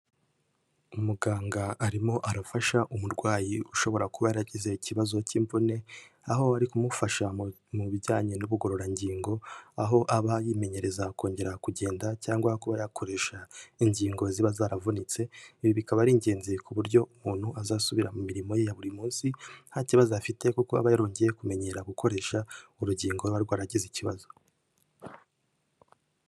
Umuganga arimo arafasha umurwayi ushobora kuba yaragize ikibazo cy'imvune, aho ari kumufasha mu bijyanye n'ubugororangingo, aho aba yimenyereza kongera kugenda cyangwa kuba yakoresha ingingo ziba zaravunitse, ibi bikaba ari ingenzi ku buryo umuntu azasubira mu mirimo ye ya buri munsi nta kibazo afite kuko aba yarongeye kumenyera gukoresha urugingo ruba rwaragize ikibazo.